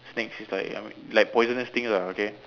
snakes is like I mean like poisonous things ah okay